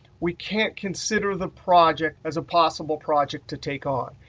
we can't consider the project as a possible project to take on.